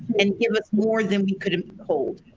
and give us more than we could hold.